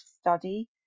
study